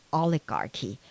oligarchy